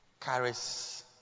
Carries